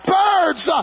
birds